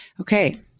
Okay